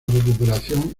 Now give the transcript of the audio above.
recuperación